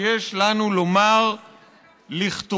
אבל אסור לנו לאפשר לעניין להתמסמס מתחת